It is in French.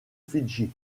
fidji